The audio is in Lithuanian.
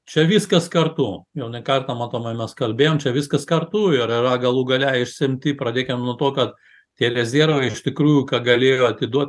čia viskas kartu jau ne kartą matomai mes kalbėjom čia viskas kartu ir yra galų gale išsemti pradėkim nuo to kad tie rezervai iš tikrųjų ką galėjo atiduot